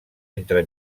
entre